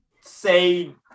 say